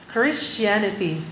Christianity